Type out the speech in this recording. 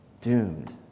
doomed